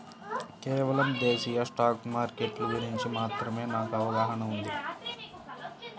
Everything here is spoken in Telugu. కేవలం దేశీయ స్టాక్ మార్కెట్ల గురించి మాత్రమే నాకు అవగాహనా ఉంది